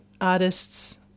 artists